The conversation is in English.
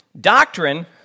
doctrine